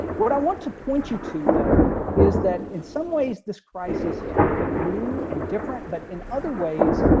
what i want to point you to though is that in some ways this crisis is very new and different, but in other ways.